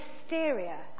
hysteria